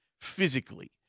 physically